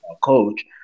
coach